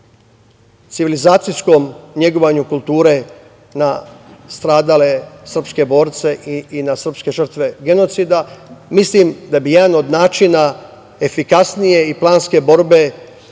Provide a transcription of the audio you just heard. civilizacijskom negovanju kulture na stradale srpske borce i srpske žrtve genocida. Mislim da bi jedan od načina efikasnije i planske borbe